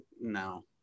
no